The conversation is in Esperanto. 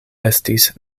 estis